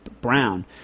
brown